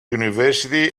university